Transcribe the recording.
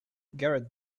garrett